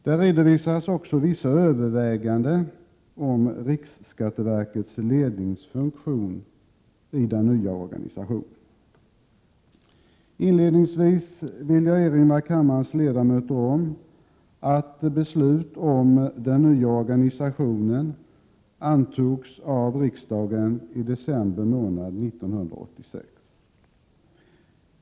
Där redovisas också vissa överväganden om riksskatteverkets ledningsfunktion i den nya organisationen. Inledningsvis vill jag erinra kammarens ledamöter om att beslutet om den nya organisationen antogs av riksdagen i december månad 1986.